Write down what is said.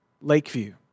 Lakeview